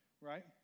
right